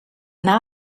now